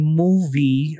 movie